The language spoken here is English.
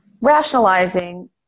rationalizing